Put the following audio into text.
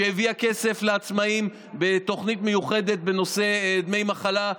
שהביאה כסף לעצמאים בתוכנית מיוחדת בנושא דמי מחלה.